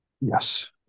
Yes